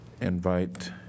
invite